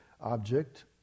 object